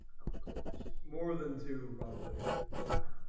i was close more than two probably yeah